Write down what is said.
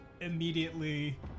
immediately